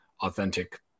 authentic